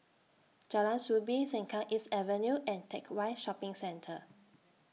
Jalan Soo Bee Sengkang East Avenue and Teck Whye Shopping Centre